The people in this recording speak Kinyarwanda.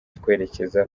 twerekeza